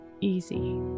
easy